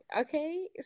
Okay